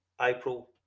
April